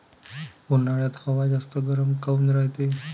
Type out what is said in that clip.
उन्हाळ्यात हवा जास्त गरम काऊन रायते?